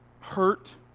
hurt